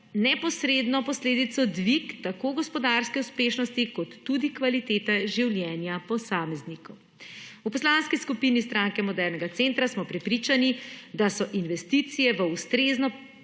neposredno posledico dvig tako gospodarske uspešnosti kot tudi kvalitete življenja posameznikov. V Poslanski skupini Stranke modernega centra smo prepričani, da so investicije v ustrezno